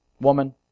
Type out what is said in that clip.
woman